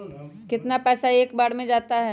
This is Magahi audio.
कितना पैसा एक बार में जाता है?